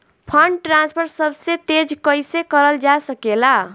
Fund transfer सबसे तेज कइसे करल जा सकेला?